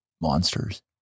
monsters